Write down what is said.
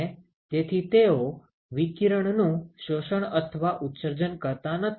અને તેથી તેઓ વિકિરણનુ શોષણ અથવા ઉત્સર્જન કરતા નથી